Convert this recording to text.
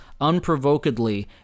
unprovokedly